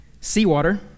seawater